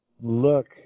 look